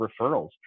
referrals